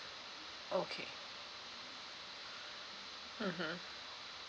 okay mmhmm